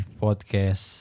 podcast